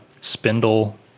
spindle